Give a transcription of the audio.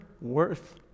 worth